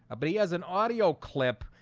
but he has an audio clip.